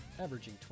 averaging